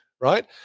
right